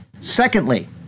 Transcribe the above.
secondly